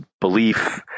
belief